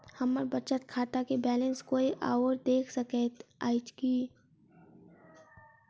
हम्मर बचत खाता केँ बैलेंस कोय आओर देख सकैत अछि की